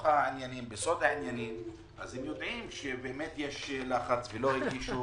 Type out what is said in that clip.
בסוד העניינים, אז הם יודעים שיש לחץ ולא הגישו